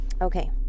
Okay